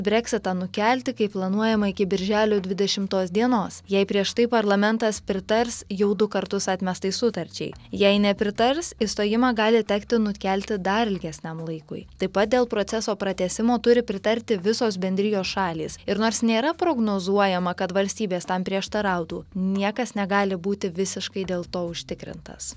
breksitą nukelti kaip planuojama iki birželio dvidešimtos dienos jei prieš tai parlamentas pritars jau du kartus atmestai sutarčiai jei nepritars išstojimą gali tekti nukelti dar ilgesniam laikui taip pat dėl proceso pratęsimo turi pritarti visos bendrijos šalys ir nors nėra prognozuojama kad valstybės tam prieštarautų niekas negali būti visiškai dėl to užtikrintas